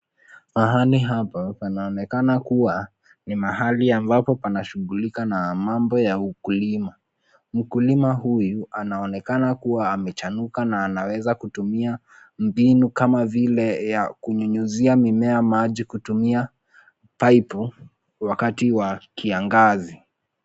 Mahali hapa panaonekana kuwa ni mahali ambapo pana shughulika na mambo ya ukulima. Mkulima huyu anaonekana kuwa amechanuka na anaweza kutumia mbinu kama vile ya kunyunyizia mimea maji kutumia pipu, wakati wa kiangazi.